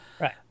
Right